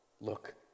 Look